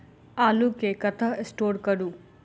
आलु केँ कतह स्टोर करू?